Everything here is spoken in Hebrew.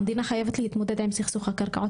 המדינה חייבת להתמודד עם סכסוך הקרקעות